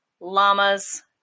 llamas